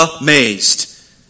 amazed